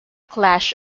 clash